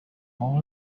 only